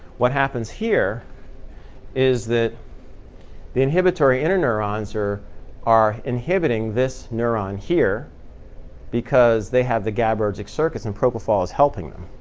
what happens here is that the inhibitory interneurons are are inhibiting this neuron here because they have the gabaergic circuits and propofol is helping them.